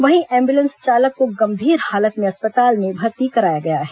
वहीं एम्बुलेंस चालक को गंभीर हालत में अस्पताल में भर्ती कराया गया है